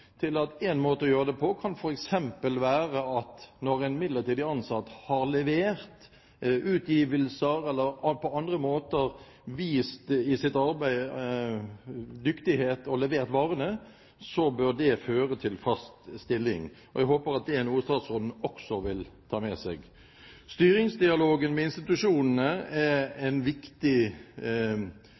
til måter å gjøre det på. Én måte kan f.eks. være at når en midlertidig ansatt har levert utgivelser eller på andre måter har vist dyktighet i sitt arbeid og levert varene, bør det føre til fast stilling. Jeg håper at det er noe statsråden også vil ta med seg. Styringsdialogen med institusjonene er en viktig